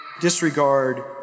disregard